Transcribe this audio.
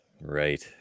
Right